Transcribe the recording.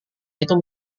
itu